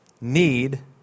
need